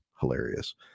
hilarious